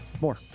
More